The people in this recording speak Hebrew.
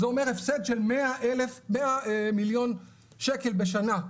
זה אומר הפסד של 100 מיליון שקל בשנה.